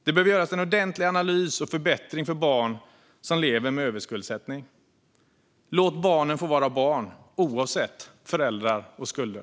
Det behöver göras en ordentlig analys och förbättringar för barn som lever med överskuldsättning. Låt barnen få vara barn - oavsett föräldrar och skulder.